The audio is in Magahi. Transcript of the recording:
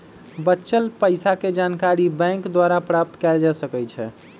बच्चल पइसाके जानकारी बैंक द्वारा प्राप्त कएल जा सकइ छै